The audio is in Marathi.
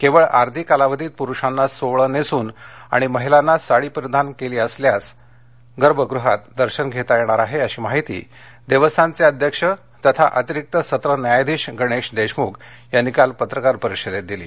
केवळ आरती कालावधीत पुरुषांना सोवळं नेसून आणि महिलांनी साडी परिधान केली असल्यास गर्भगुहात दर्शन घेता येणार आहे अशी माहिती देवस्थानचे अध्यक्ष तथा अतिरिक्त सत्र न्यायाधीश गणेश देशमुख यांनी काल पत्रकार परिषदेत दिली